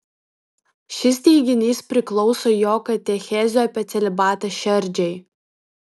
šis teiginys priklauso jo katechezių apie celibatą šerdžiai